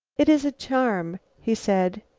it is a charm, he said.